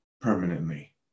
permanently